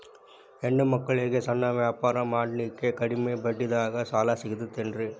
ಹೆಣ್ಣ ಮಕ್ಕಳಿಗೆ ಸಣ್ಣ ವ್ಯಾಪಾರ ಮಾಡ್ಲಿಕ್ಕೆ ಕಡಿಮಿ ಬಡ್ಡಿದಾಗ ಸಾಲ ಸಿಗತೈತೇನ್ರಿ?